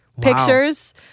Pictures